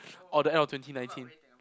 or the end of twenty nineteen